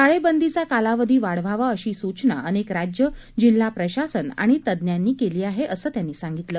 टाळेबंदीचा कालावधी वाढवावा अशी सूचना अनेक राज्यं जिल्हा प्रशासन आणि तज्ञांनी केली आहे असं त्यांनी सांगितलं